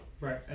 right